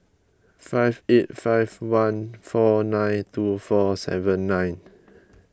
five eight five one four nine two four seven nine